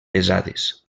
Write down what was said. pesades